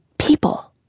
People